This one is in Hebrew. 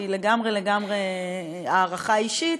שהיא לגמרי לגמרי הערכה אישית,